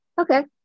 Okay